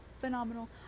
phenomenal